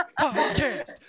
Podcast